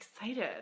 excited